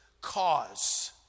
cause